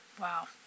Wow